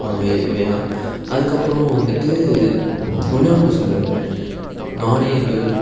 இவைதான் அதுக்கப்புறம் வந்துட்டு ஒன்றே ஒன்றுதான் சொல்ல விரும்புகிறேன் நாணயங்கள்